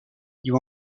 you